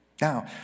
Now